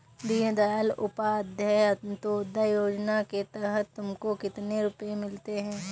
दीन दयाल उपाध्याय अंत्योदया योजना के तहत तुमको कितने रुपये मिलते हैं